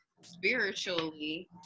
spiritually